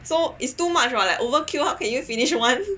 so is too much [what] like overkill how can you finish one